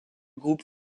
groupe